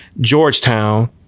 Georgetown